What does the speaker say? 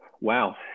Wow